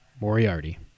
moriarty